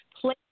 play